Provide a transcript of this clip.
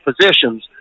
positions